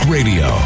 Radio